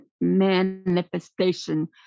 manifestation